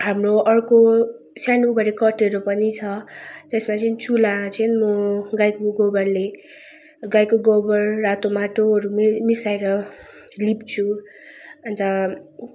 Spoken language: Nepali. हाम्रो अर्को सानो बडे कटेरो पनि छ त्यसमा चाहिँ चुला चाहिँ म गाईको गोबरले गाईको गोबर रातो माटोहरू मि मिसाएर लिप्छु अन्त